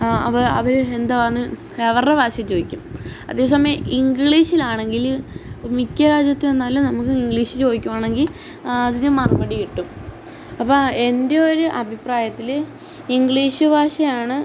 അവ അവർ എന്തോവാന്ന് അവരുടെ ഭാഷയിൽ ചോദിക്കും അതേസമയം ഇംഗ്ലീഷിലാണെങ്കിൽ ഇപ്പം മിക്കയിടത്തു ചെന്നാലും നമുക്ക് ഇംഗ്ലീഷിൽ ചോദിക്കുകയാണെങ്കിൽ അതിനു മറുപടി കിട്ടും അപ്പം എൻ്റെ ഒരു അഭിപ്രായത്തിൽ ഇംഗ്ലീഷ് ഭാഷയാണ്